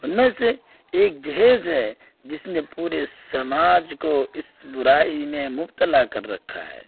ان میں سے ایک جہیز ہے جس نے پورے سماج کو اس برائی میں مبتلا کر رکھا ہے